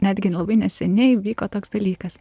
netgi labai neseniai įvyko toks dalykas